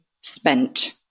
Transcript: spent